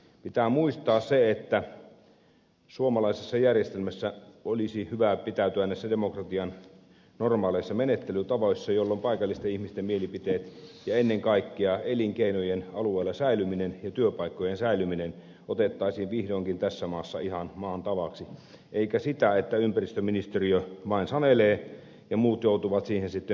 pitää muistaa se että suomalaisessa järjestelmässä olisi hyvä pitäytyä näissä demokratian normaaleissa menettelytavoissa jolloin paikallisten ihmisten mielipiteet ja ennen kaikkea elinkeinojen alueella säilyminen ja työpaikkojen säilyminen otettaisiin vihdoinkin tässä maassa ihan maan tavaksi eikä siinä että ympäristöministeriö vain sanelee ja muut joutuvat siihen sitten tyytymään